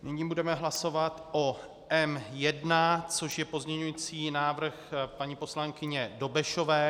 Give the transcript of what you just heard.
Nyní budeme hlasovat o M1, což je pozměňující návrh paní poslankyně Dobešové.